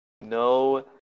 No